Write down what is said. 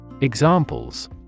Examples